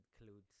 includes